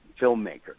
filmmaker